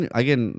again